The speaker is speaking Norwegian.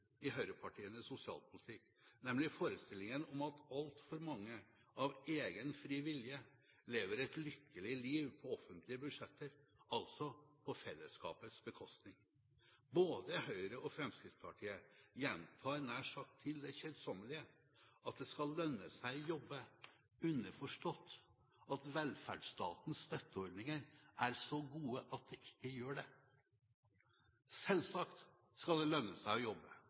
i høyrepartienes sosialpolitikk, nemlig forestillingen om at altfor mange av egen fri vilje lever et lykkelig liv på offentlige budsjetter, altså på fellesskapets bekostning. Både Høyre og Fremskrittspartiet gjentar nær sagt til det kjedsommelige at det skal lønne seg å jobbe, underforstått at velferdsstatens støtteordninger er så gode at det ikke gjør det. Selvsagt skal det lønne seg å jobbe,